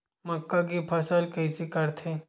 मक्का के फसल कइसे करथे?